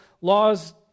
laws